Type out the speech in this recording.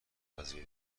وظیفه